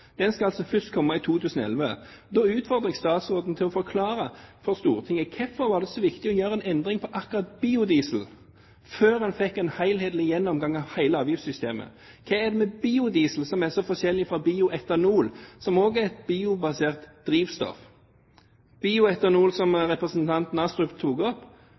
Den skal altså først komme i 2011. Da utfordrer jeg statsråden til å forklare for Stortinget: Hvorfor var det så viktig å gjøre en endring akkurat på biodiesel før man fikk en helhetlig gjennomgang av hele avgiftssystemet? Hva er det med biodiesel som gjør at det er så forskjellig fra bioetanol, som også er et biobasert drivstoff? Bioetanol, E85, som representanten Astrup tok opp,